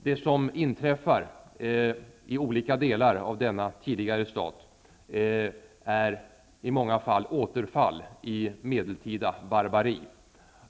Det som inträffar i olika delar av denna tidigare stat är många gånger återfall i medeltida barbari.